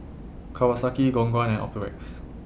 Kawasaki Khong Guan and Optrex